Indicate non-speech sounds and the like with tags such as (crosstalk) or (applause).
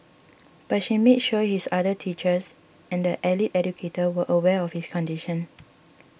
(noise) but she made sure his other teachers and the allied educator were aware of his condition